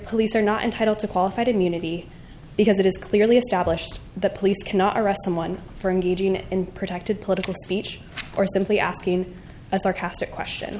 police are not entitled to qualified immunity because it is clearly established that police cannot arrest someone for engaging in protected political speech or simply asking a sarcastic question